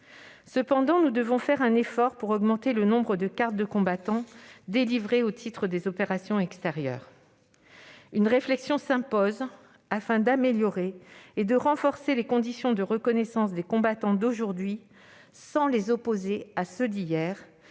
Cependant, nous devons faire un effort pour augmenter le nombre de cartes de combattant délivrées au titre des opérations extérieures. Une réflexion s'impose afin d'améliorer et de renforcer les conditions de reconnaissance des combattants d'aujourd'hui, sans les opposer à ceux d'hier,